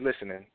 listening